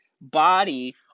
body